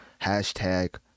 Hashtag